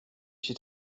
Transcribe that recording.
she